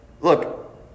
look